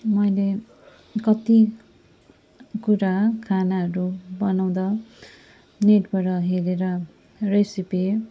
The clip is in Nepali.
मैल कति कुरा खानाहरू बनाउँदा नेटबाट हेरेर रेसिपी